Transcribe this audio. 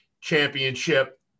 championship